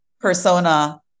persona